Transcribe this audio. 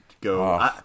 go